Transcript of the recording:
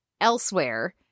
elsewhere